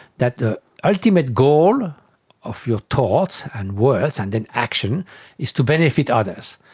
that the ultimate goal of your thoughts and words and then action is to benefit others.